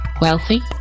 wealthy